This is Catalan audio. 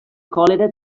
còlera